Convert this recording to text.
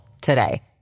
today